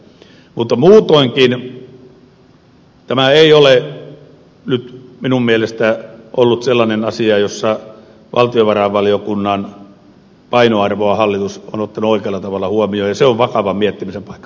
muutoinkaan tämä ei ole nyt minun mielestäni ollut sellainen asia jossa valtiovarainvaliokunnan painoarvoa hallitus on ottanut oikealla tavalla huomioon ja se on vakavan miettimisen paikka